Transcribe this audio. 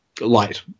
light